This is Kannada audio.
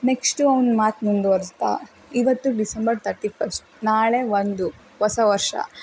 ನೆಕ್ಸ್ಟು ಅವ್ನು ಮಾತು ಮುಂದುವರ್ಸಿದ ಇವತ್ತು ಡಿಸೆಂಬರ್ ಥರ್ಟಿ ಫಸ್ಟ್ ನಾಳೆ ಒಂದು ಹೊಸ ವರ್ಷ